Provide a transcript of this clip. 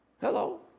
Hello